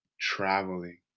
traveling